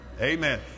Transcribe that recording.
Amen